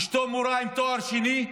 אשתו מורה עם תואר שני,